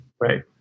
Right